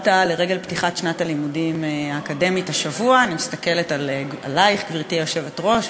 התשע"ד 2013, של חברת הכנסת תמר זנדברג